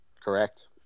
Correct